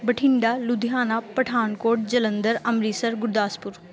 Bathinda Ludhiana Pathankot Jalandhar Amritsar Gurdaspur